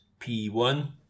P1